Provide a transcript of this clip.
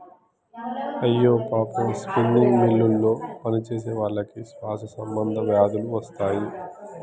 అయ్యో పాపం స్పిన్నింగ్ మిల్లులో పనిచేసేవాళ్ళకి శ్వాస సంబంధ వ్యాధులు వస్తాయి